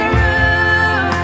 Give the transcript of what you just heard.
room